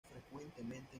frecuentemente